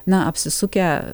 na apsisukę